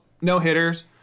no-hitters